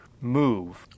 move